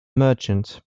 merchant